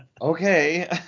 okay